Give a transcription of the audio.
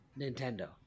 Nintendo